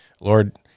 Lord